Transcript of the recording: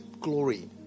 glory